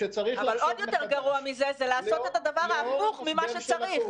עוד יותר גרוע מזה זה לעשות את הדבר ההפוך ממה שצריך.